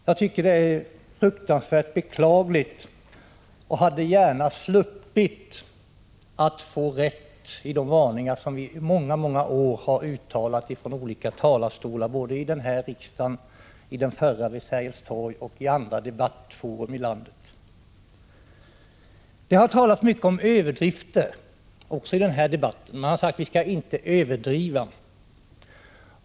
Jag tycker att det är fruktansvärt beklagligt och hade gärna sett att vi hade sluppit och få rätt i de varningar som vi i många många år har uttalat från olika talarstolar, i det här riksdagshuset lika väl som i det gamla vid Sergels torg och i andra debattfora i landet. Det har talats mycket om överdrifter. Också i den här debatten har det sagts att vi inte skall överdriva.